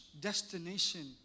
destination